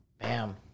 Bam